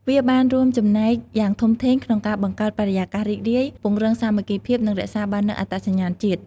វាបានរួមចំណែកយ៉ាងធំធេងក្នុងការបង្កើតបរិយាកាសរីករាយ ពង្រឹងសាមគ្គីភាព និងរក្សាបាននូវអត្តសញ្ញាណជាតិ។